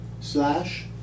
slash